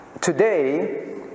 today